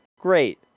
Great